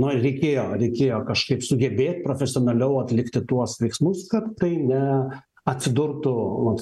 nu ir reikėjo reikėjo kažkaip sugebėt profesionaliau atlikti tuos veiksmus kad tai ne atsidurtų